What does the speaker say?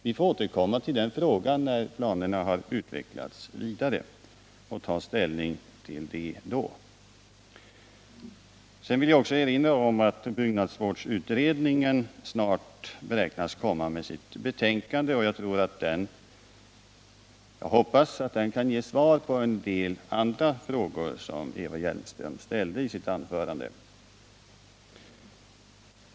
Vi får återkomma till denna fråga och ta ställning till den när planerna har utvecklats vidare. Jag vill också erinra om att byggnadsvårdsutredningen snart beräknas lägga fram sitt betänkande. Det kan förhoppningsvis ge svar på en del andra frågor som Eva Hjelmström ställde i sitt anförande.